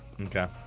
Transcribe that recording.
Okay